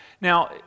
Now